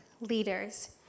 leaders